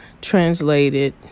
translated